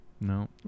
No